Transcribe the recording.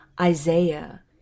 Isaiah